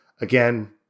Again